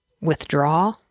withdraw